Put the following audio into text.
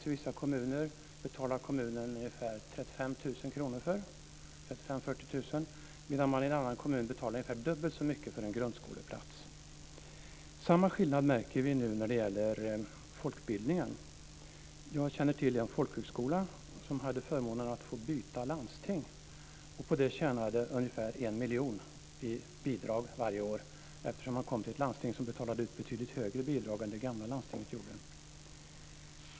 I vissa kommuner betalar kommunen 35 000-40 000 kr för en grundskoleplats, medan man i en annan kommun betalar ungefär dubbelt så mycket för en grundskoleplats. Samma skillnad märker vi nu när det gäller folkbildningen. Jag känner till en folkhögskola som hade förmånen att få byta landsting och på det tjänade ungefär 1 miljon i bidrag varje år, eftersom man kom till ett landsting som betalade ut betydligt högre bidrag än det gamla landstinget gjorde.